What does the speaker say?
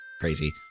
crazy